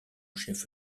chef